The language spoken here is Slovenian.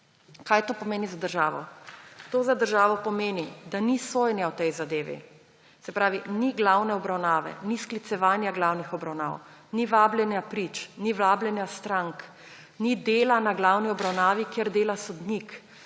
Kaj to pomeni za državo? To za državo pomeni, da ni sojenja v tej zadevi; se pravi, ni glavne obravnave, ni sklicevanja glavnih obravnav, ni vabljenja prič, ni vabljenja strank, ni dela na glavni obravnavi, kjer dela sodnik,